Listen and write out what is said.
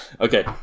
okay